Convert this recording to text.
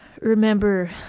remember